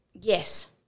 yes